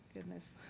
goodness,